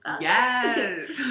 Yes